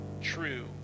true